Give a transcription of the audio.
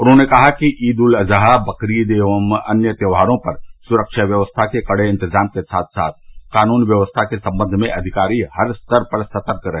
उन्होंने कहा कि ईद उल अजहा बकरीद एवं अन्य त्यैहारों पर सुरक्षा व्यवस्था के कड़े इंतजाम के साथ साथ कानून व्यवस्था के समवन्ध में अधिकारी हर स्तर पर सतर्क रहे